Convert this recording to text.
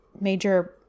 major